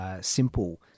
simple